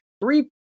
Three